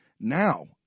now